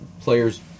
players